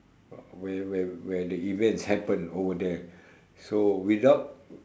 uh where where where the events happen over there so without